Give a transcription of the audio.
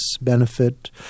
benefit